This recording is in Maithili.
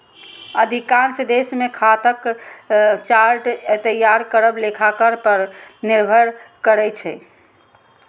अधिकांश देश मे खाताक चार्ट तैयार करब लेखाकार पर निर्भर करै छै